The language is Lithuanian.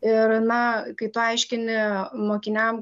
ir na kai tu aiškini mokiniam